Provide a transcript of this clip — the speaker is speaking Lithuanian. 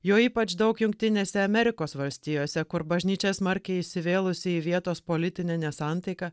jo ypač daug jungtinėse amerikos valstijose kur bažnyčia smarkiai įsivėlusi į vietos politinę nesantaiką